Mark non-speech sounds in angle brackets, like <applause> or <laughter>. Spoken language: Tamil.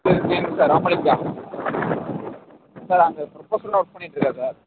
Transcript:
<unintelligible> சார் ராமலிங்கா சார் அங்கே ப்ரொஃபஸரா ஒர்க் பண்ணிகிட்ருக்கேன் சார்